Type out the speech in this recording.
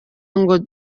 ngo